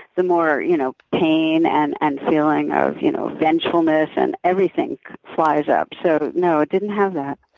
the more you know pain and and feeling of you know vengefulness and everything flies up. so, no, it didn't have that.